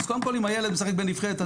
אם הילד משחק בנבחרת,